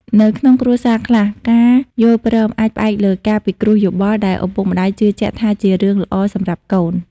នៅក្នុងគ្រួសារខ្លះ ការយល់ព្រមអាចផ្អែកលើការពិគ្រោះយោបល់ដែលឪពុកម្ដាយជឿជាក់ថាជារឿងល្អសម្រាប់កូន។